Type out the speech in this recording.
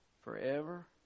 forever